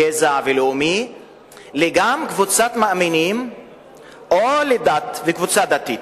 גזעי ולאומי לקבוצת מאמינים או לדת ולקבוצה דתית.